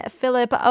Philip